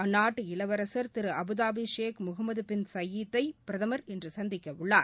அந்நாட்டு இளவரசர் திருஅபுதாபிஷேக் முகமதுபின் சயீத் தைபிரதமர் இன்றுசந்திக்கவுள்ளார்